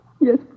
Yes